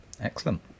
Excellent